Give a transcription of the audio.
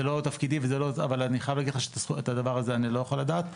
זה לא תפקידי אבל אני חייב להגיד שאת הדבר הזה אני לא יכול לדעת.